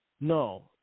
No